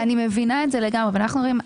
אני מבינה את זה לגמרי ואנחנו אומרים,